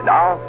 Now